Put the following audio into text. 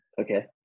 Okay